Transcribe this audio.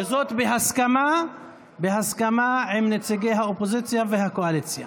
וזאת בהסכמה בין נציגי הקואליציה לאופוזיציה.